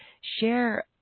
share